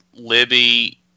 Libby